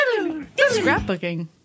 scrapbooking